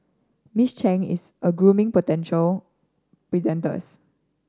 Miss Chang is a grooming potential presenters